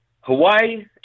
Hawaii